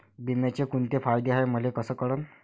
बिम्याचे कुंते फायदे हाय मले कस कळन?